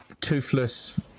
toothless